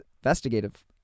investigative